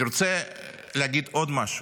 אני רוצה להגיד עוד משהו,